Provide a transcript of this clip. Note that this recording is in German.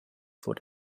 wurde